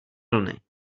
vlny